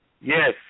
Yes